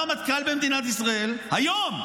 בא רמטכ"ל במדינת ישראל היום,